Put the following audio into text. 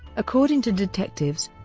according to detectives,